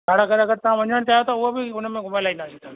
तारागढ़ अगरि तव्हां वञणु चाहियो त उहो बि हुन में घुमाए लाईंदासीं तव्हांखे